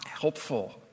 helpful